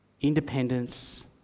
independence